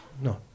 No